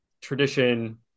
tradition